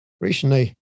recently